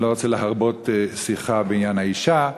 אני לא רוצה להרבות שיחה בעניין האישה,